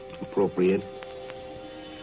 appropriate